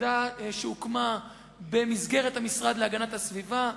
יחידה שהוקמה במסגרת המשרד להגנת הסביבה,